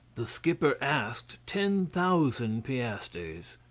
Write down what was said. the skipper asked ten thousand piastres.